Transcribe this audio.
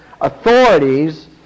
authorities